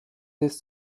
des